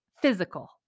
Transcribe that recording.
physical